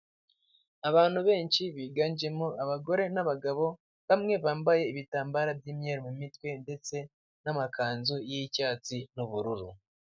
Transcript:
Abantu benshi biganjemo abagore n'abagabo, bamwe bambaye ibitambaro by'imyeru mu mitwe ndetse n'amakanzu y'icyatsi n'ubururu.